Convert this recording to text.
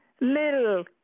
little